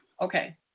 Okay